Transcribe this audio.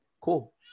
cool